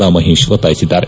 ರಾ ಮಹೇಶ್ ಒತ್ತಾಯಿಸಿದ್ದಾರೆ